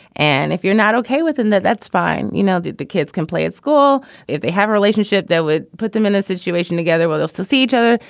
and if you're not okay with and that, that's fine. you know, the the kids can play at school if they have a relationship that would put them in a situation together, well, they'll still see each other.